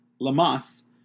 Lamas